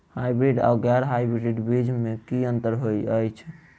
Hybrids आ गैर hybrids बीज म की अंतर होइ अछि?